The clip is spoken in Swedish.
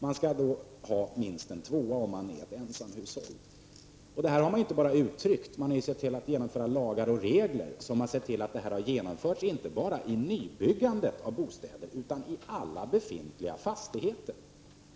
Det blir alltså minst en tvåa, om det rör sig om ett ensamhushåll. Här har man inte bara uttryckt ett önskemål, utan man har infört lagar och regler, så att det hela har genomförts, inte bara i nybyggandet av bostäder utan i alla befintliga fastigheter.